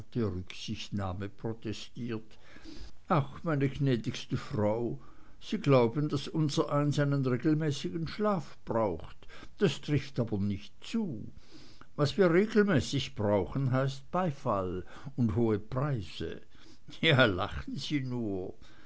rücksichtnahme protestiert ach meine gnädigste frau sie glauben daß unsereins einen regelmäßigen schlaf braucht das trifft aber nicht zu was wir regelmäßig brauchen heißt beifall und hohe preise ja lachen sie nur